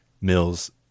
Mills